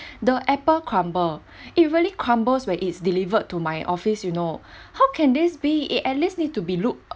the apple crumble it really crumbles when it's delivered to my office you know how can this be it at least need to be looked